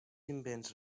invents